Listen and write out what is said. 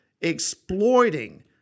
exploiting